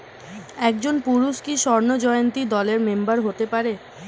একজন পুরুষ কি স্বর্ণ জয়ন্তী দলের মেম্বার হতে পারে?